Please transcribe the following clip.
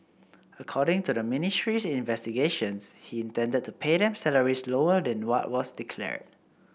according to the ministry's investigations he intended to pay them salaries lower than what was declared